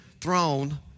throne